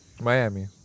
Miami